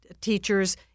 teachers